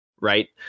Right